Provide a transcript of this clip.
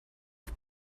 auf